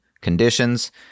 conditions